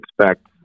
expect